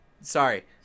Sorry